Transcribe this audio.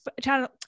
channel